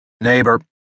Neighbor